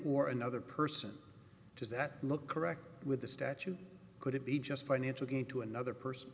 or another person does that look correct with the statute could it be just financial gain to another person